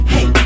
Hey